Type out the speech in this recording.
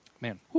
man